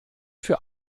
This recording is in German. für